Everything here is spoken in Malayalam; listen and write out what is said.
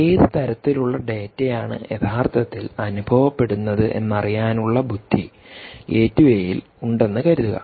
ഏത് തരത്തിലുള്ള ഡാറ്റയാണ് യഥാർത്ഥത്തിൽ അനുഭവപ്പെടുന്നത് എന്ന് അറിയാനുള്ള ബുദ്ധി ഗേറ്റ്വേയിൽ ഉണ്ടെന്ന് കരുതുക